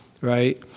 right